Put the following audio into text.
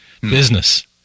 business